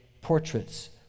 portraits